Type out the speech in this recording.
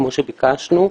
כמו שביקשנו,